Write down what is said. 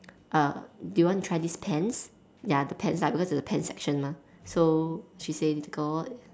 uh do you want to try this pens ya the pens lah because it's the pen section mah so she say little girl